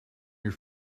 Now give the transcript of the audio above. your